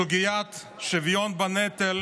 סוגיית השוויון בנטל